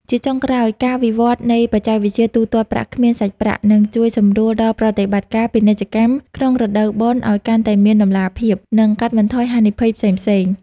ជាចុងក្រោយ ការវិវឌ្ឍនៃបច្ចេកវិទ្យាទូទាត់ប្រាក់គ្មានសាច់ប្រាក់ នឹងជួយសម្រួលដល់ប្រតិបត្តិការពាណិជ្ជកម្មក្នុងរដូវបុណ្យឱ្យកាន់តែមានតម្លាភាព និងកាត់បន្ថយហានិភ័យផ្សេងៗ។